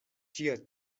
tia